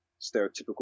stereotypical